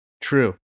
True